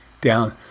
down